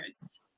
first